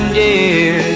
dear